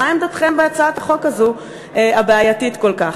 מה עמדתכם בהצעת החוק הזאת, הבעייתית כל כך?